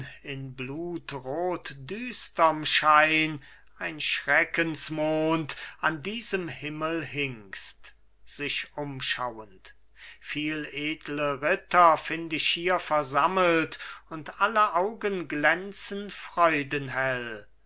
in blutrotdüsterm schein ein schreckensmond an diesem himmel hingst sich umschauend viel edle ritter find ich hier versammelt und alle augen glänzen